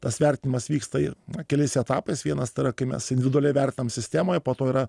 tas vertinimas vyksta keliais etapais vienas tai yra kai mes individualiai vertinam sistemoje po to yra